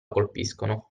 colpiscono